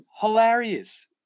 hilarious